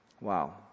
Wow